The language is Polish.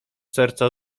serca